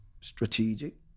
strategic